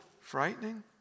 frightening